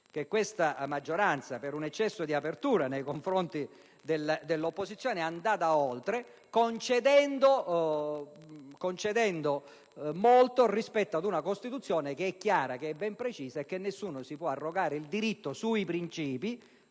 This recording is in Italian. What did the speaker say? che questa maggioranza, per un eccesso di apertura nei confronti dell'opposizione, è andata oltre, concedendo molto rispetto ad una Costituzione che è chiara e ben precisa e che nessuno, con riferimento ai princìpi